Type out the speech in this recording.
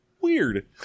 weird